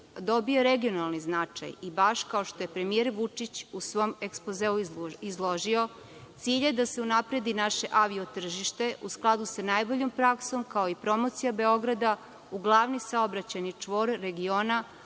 dobija regionalni značaj i baš kao što je premijer Vučić u svom ekspozeu izložio, cilj je da se unapredi naše avio tržište u skladu sa najboljom praksom kao i promocija Beograda u glavni saobraćajni čvor regiona,